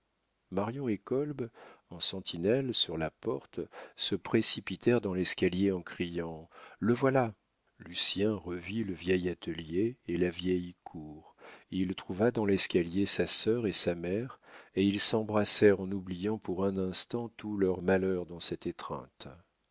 marion et kolb en sentinelle sur la porte se précipitèrent dans l'escalier en criant le voilà lucien revit le vieil atelier et la vieille cour il trouva dans l'escalier sa sœur et sa mère et ils s'embrassèrent en oubliant pour un instant tous leurs malheurs dans cette étreinte